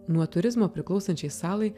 nuo turizmo priklausančiai salai